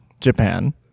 Japan